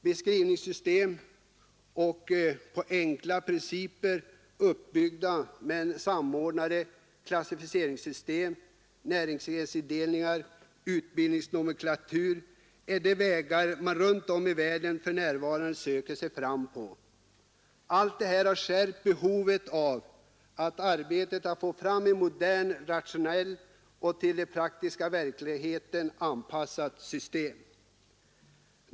Beskrivningssystem och på enkla principer uppbyggda men samordnade klassificeringssystem, näringsgrensindelningar och utbildningsnomenklaturer är de vägar man runtom i världen för närvarande söker sig fram på. Allt detta har skärpt behovet av att arbeta fram ett modernt, rationellt och till den praktiska verkligheten anpassat system.